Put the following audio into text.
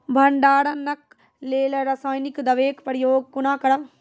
भंडारणक लेल रासायनिक दवेक प्रयोग कुना करव?